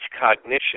cognition